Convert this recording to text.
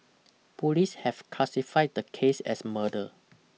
police have classified the case as murder